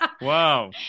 wow